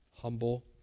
humble